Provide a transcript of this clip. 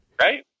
Right